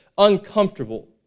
uncomfortable